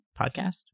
podcast